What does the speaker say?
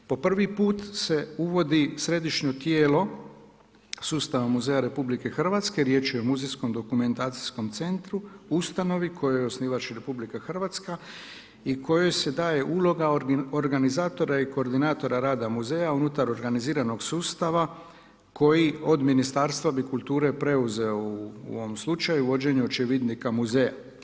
Po prvi puta se uvodi središnje tijelo sustava muzeja Republike Hrvatske, riječ je o Muzejskom dokumentacijskom centru, ustanovi kojoj je osnivač RH i kojoj se daje uloga organizatora i koordinatora rada muzeja unutar organiziranog sustava koji od Ministarstva kulture bi preuzeo u ovom slučaju vođenje očevidnika muzeja.